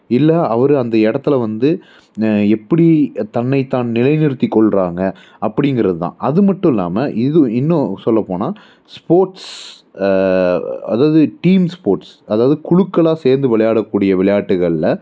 இல்லை அவரு அந்த இடத்துல வந்து எப்படி தன்னைத்தான் நிலை நிறுத்திக் கொள்கிறாங்க அப்படிங்குறது தான் அது மட்டும் இல்லாமல் இது இன்னும் சொல்ல போனால் ஸ்போர்ட்ஸ் அதாவுது டீம் ஸ்போர்ட்ஸ் அதாவது குழுக்களா சேர்ந்து விளையாடக்கூடிய விளையாட்டுகளில்